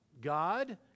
God